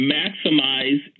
maximize